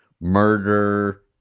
murder